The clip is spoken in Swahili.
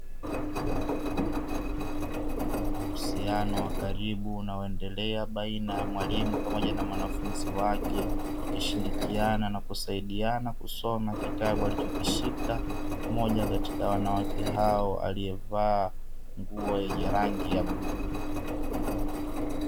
Uhusiano wa karibu na unaoendelea baina ya mwalimu pamoja na mwanafunzi wake wakishirikiana na kusaidiana kusoma kitabu alichokishika, moja katika wanawake hao aliyevaa nguo yenye rangi ya bluu.